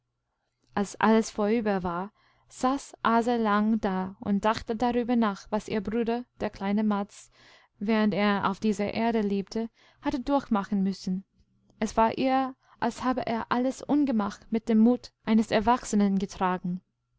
als alles vorüber war saß aase lange da und dachte darüber nach was ihr bruder derkleinemads währenderaufdiesererdelebte hattedurchmachen müssen es war ihr als habe er alles ungemach mit dem mut eines erwachsenen getragen